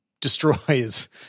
destroys